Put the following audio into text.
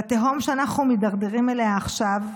והתהום שאנחנו מידרדרים אליה עכשיו,